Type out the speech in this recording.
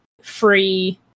free